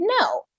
No